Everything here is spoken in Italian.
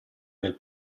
del